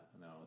no